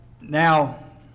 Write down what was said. Now